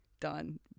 done